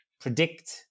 predict